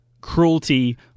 cruelty